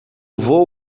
vôo